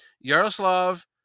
Yaroslav